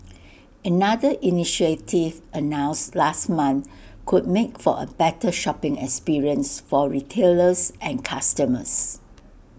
another initiative announced last month could make for A better shopping experience for retailers and customers